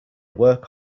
work